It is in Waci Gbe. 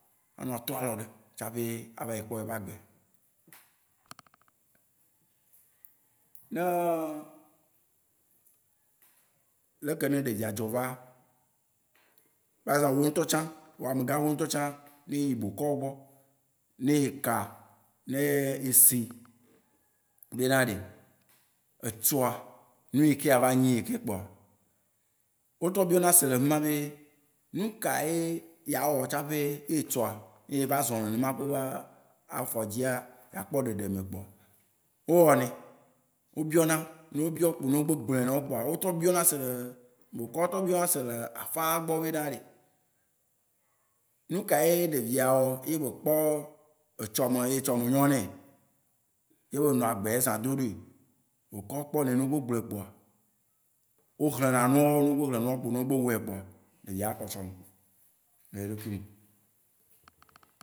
Anɔ trɔe alɔ ɖe tsaƒe a vayi kpɔ ye be agbe. Ne leke ne ɖevia dzo vaa, par exemple míawo ŋutɔ tsã, wò ame gã xo ŋutɔ tsã, ne eyi bokɔ wò gbɔ, ne eka, ne esi bena ɖe etsɔa, nuyike ava nyi eyikeye kpoa, wó trɔ biɔ na se le fima be nuka ye yeawɔ tsaƒe ye etsɔa, ne ye va zɔ nenemaƒe be afɔ dzia, yea kpɔ ɖeɖe mɛ kpoa, wó wɔnae. Wó biɔ na. Ne wó biɔ kpo ne wó gbe gblɔe na wó kpoa wó trɔ biɔ na se bokɔa wó trɔ biɔ na se le afãa gbɔ na ɖe, nuka ye ɖevia wɔ ye be kpɔ etsɔ me, ye etsɔme nyo nɛ, ye be nɔ agbea ye ezã do dui? Bokɔwó kpɔ nɛ. Ne wó gbe gblɔe kpoa, wó hlẽ na nua wó. Ne wó hlẽ nua wó, kpo ne wó gbe wɔe kpoa, ɖevia akpɔ tsɔme le yeɖokui me.